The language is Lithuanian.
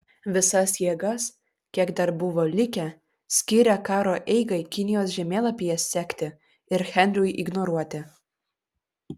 visas jėgas kiek dar buvo likę skyrė karo eigai kinijos žemėlapyje sekti ir henriui ignoruoti